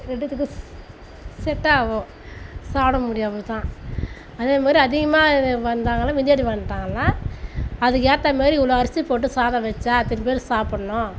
ரெண்டுத்துக்கும் செ செட் ஆகும் சாப்பிட முடியும் அப்போதான் அதே மாதிரி அதிகமாக இது வந்தாங்கன்னா விருந்தாளி வந்துட்டாங்கன்னா அதுக்கு ஏற்ற மாரி இவ்வளோ அரிசி போட்டு சாதம் வெச்சால் அத்தினி பேர் சாப்பிட்ணும்